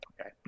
Okay